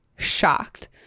shocked